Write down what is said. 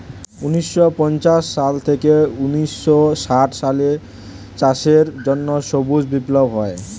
ঊন্নিশো পঞ্চাশ সাল থেকে ঊন্নিশো ষাট সালে চাষের জন্য সবুজ বিপ্লব হয়